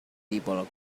people